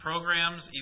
Programs